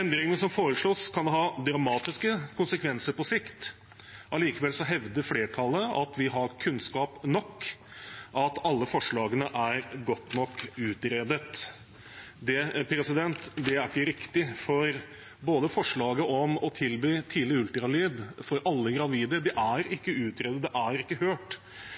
Endringene som foreslås, kan ha dramatiske konsekvenser på sikt. Likevel hevder flertallet at vi har kunnskap nok – at alle forslagene er godt nok utredet. Det er ikke riktig. Forslaget om å tilby tidlig ultralyd til alle gravide er ikke utredet, det er ikke hørt.